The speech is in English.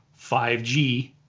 5G